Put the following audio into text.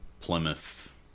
Plymouth